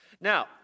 Now